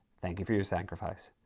thank you for your sacrifice.